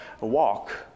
walk